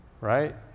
Right